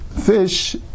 fish